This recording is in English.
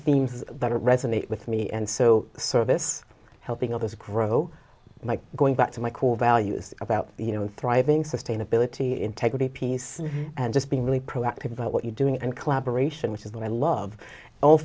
themes that resonate with me and so service helping others grow going back to my core values about you know and thriving sustainability integrity piece and just being really proactive about what you're doing and collaboration which is what i love all